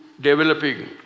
developing